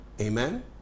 Amen